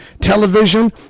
television